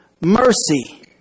mercy